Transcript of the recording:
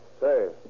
Say